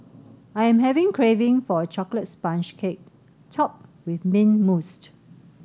I'm having craving for a chocolate sponge cake topped with mint mousses